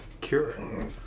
cure